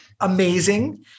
amazing